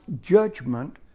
judgment